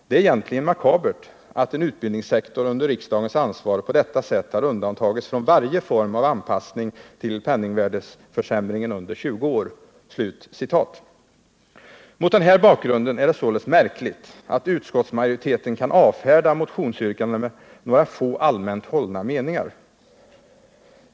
Det är egentligen makabert att en utbildningssektor under riksdagens ansvar på detta sätt har undantagits från varje form av anpassning till penningvärdeförsämringen under 20 år.” Mot den här bakgrunden är det således märkligt att utskottsmajoriteten kan avfärda motionsyrkandena med några få allmänt hållna meningar.